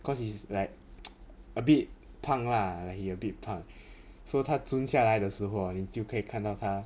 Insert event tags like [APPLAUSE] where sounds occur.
cause he's like [NOISE] a bit 胖 lah like he a bit 胖 [BREATH] so 他尊下来的时候 hor 你就可以看到他